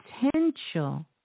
potential